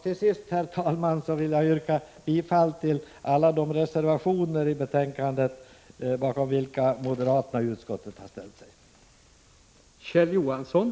Till sist, herr talman, vill jag yrka bifall till alla de reservationer i betänkandet bakom vilka moderaterna i utskottet har ställt sig.